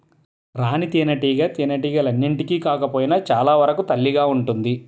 రాణి తేనెటీగ తేనెటీగలన్నింటికి కాకపోయినా చాలా వరకు తల్లిగా ఉంటుంది